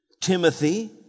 Timothy